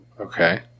Okay